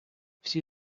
всі